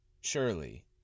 surely